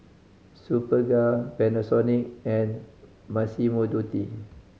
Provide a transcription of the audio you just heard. Superga Panasonic and Massimo Dutti